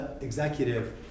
executive